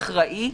אחראי,